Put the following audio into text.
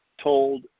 told